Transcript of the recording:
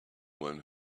one